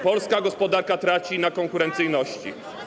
Polska gospodarka traci na konkurencyjności.